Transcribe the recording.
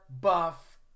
Buff